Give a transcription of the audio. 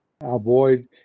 avoid